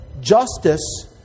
justice